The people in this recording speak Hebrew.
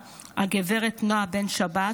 גב' נעה בן שבת,